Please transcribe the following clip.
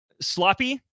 sloppy